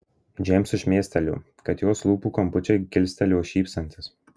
džeimsui šmėstelėjo kad jos lūpų kampučiai kilstelėjo šypsantis